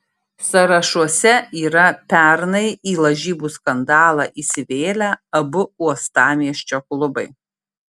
sąrašuose yra pernai į lažybų skandalą įsivėlę abu uostamiesčio klubai